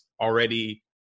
already